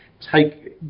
take